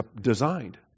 designed